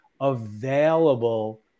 available